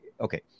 okay